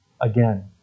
again